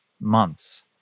months